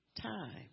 time